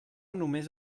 només